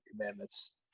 commandments